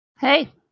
Hey